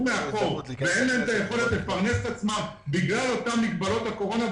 מאחור ואין להם את היכולת לפרנס את עצמם בגלל אותם מגבלות הקורונה,